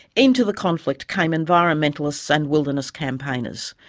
into the conflict came environmentalists and wilderness campaigners,